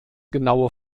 genaue